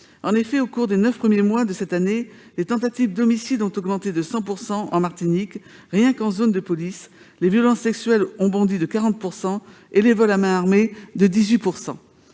à feu. Au cours des neuf premiers mois de cette année, les tentatives d'homicide ont augmenté de 100 % en Martinique, rien qu'en zone de police, les violences sexuelles ont bondi de 40 % et les vols à main armée de 18 %.